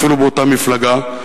ואפילו באותה מפלגה,